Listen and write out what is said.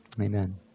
Amen